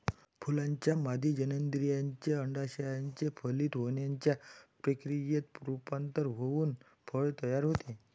फुलाच्या मादी जननेंद्रियाचे, अंडाशयाचे फलित होण्याच्या प्रक्रियेत रूपांतर होऊन फळ तयार होते